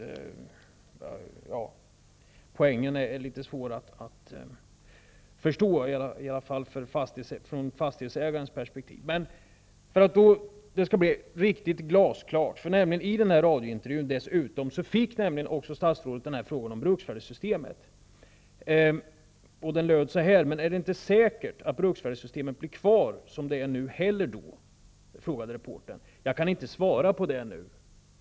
Poängen är litet svår att förstå, i alla fall i fastighetsägarens perspektiv. För att detta skall bli riktigt glasklart vill jag återgå till radiointervjun. Statsrådet fick nämligen dessutom frågan om bruksvärdessystemet. Den löd så här: Men, är det inte säkert att bruksvärdessystemet blir kvar som det är nu heller då? -- Jag kan inte svara på det nu.